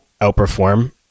outperform